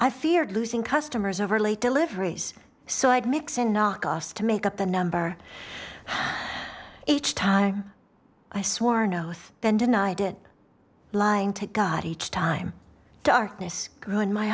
i feared losing customers over late deliveries so i'd mix in our cost to make up the number each time i swore an oath then denied it lying to god each time darkness grew in my